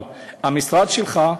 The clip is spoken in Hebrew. אבל המשרד שלך,